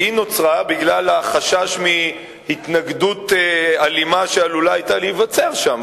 היא נוצרה בגלל החשש מהתנגדות אלימה שעלולה היתה להיווצר שם,